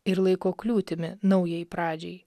ir laiko kliūtimi naujai pradžiai